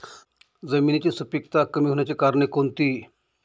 जमिनीची सुपिकता कमी होण्याची कारणे कोणती?